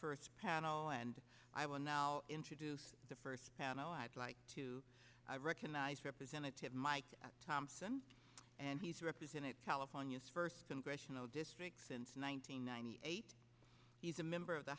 first panel and i will now introduce the first panel i'd like to recognize representative mike thompson and he's represented california's first congressional district since one thousand nine hundred eighty he's a member of the